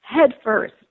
headfirst